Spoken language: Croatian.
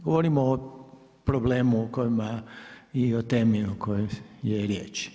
Govorimo o problemu o kojima i o temi o kojoj je riječ.